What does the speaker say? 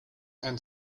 and